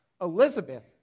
Elizabeth